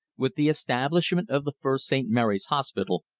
with the establishment of the first st. mary's hospital,